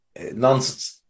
nonsense